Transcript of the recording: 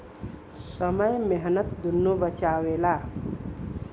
समय मेहनत दुन्नो बचावेला